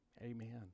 amen